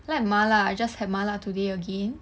like 麻辣 I just had 麻辣 today again so